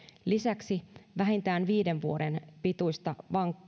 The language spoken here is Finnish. lisäksi vähintään viiden vuoden pituista